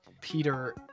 Peter